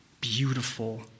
beautiful